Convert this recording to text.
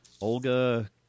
Olga